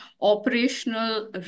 operational